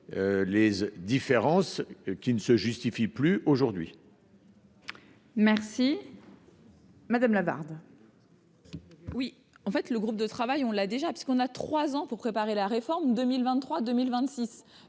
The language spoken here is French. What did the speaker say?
les différences qui ne se justifie plus aujourd'hui. Merci. Madame Lavarde. Oui, en fait, le groupe de travail, on l'a déjà puisqu'on a 3 ans pour préparer la réforme 2023 2026